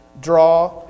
draw